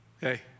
Hey